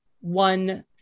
one